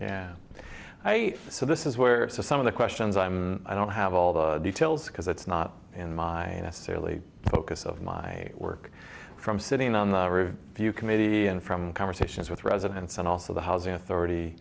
and i so this is where some of the questions i'm i don't have all the details because it's not in my early focus of my work from sitting on the few committee and from conversations with residents and also the housing authority